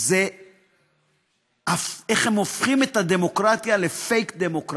זה איך הם הופכים את הדמוקרטיה לפייק-דמוקרטיה,